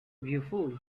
ruefully